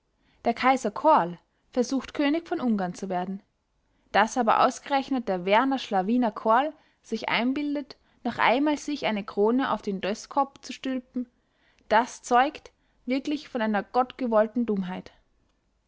der kaiser koarl versucht könig von ungarn zu werden daß aber ausgerechnet der weaner schlawiner koarl sich einbildet noch einmal sich eine krone auf den döskopp zu stülpen das zeugt wirklich von einer gottgewollten dummheit